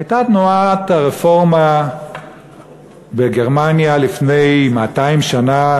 הייתה תנועת הרפורמה בגרמניה לפני 200 שנה,